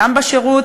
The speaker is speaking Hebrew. גם בשירות,